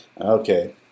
okay